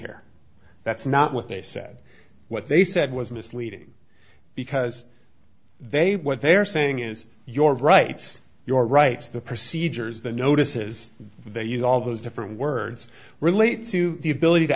here that's not what they said what they said was misleading because they what they are saying is your rights your rights the procedures the notices they use all those different words relate to the ability to